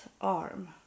arm